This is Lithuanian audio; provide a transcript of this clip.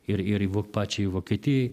ir ir pačiai vokietijai